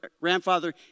grandfather